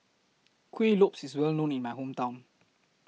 Kuih Lopes IS Well known in My Hometown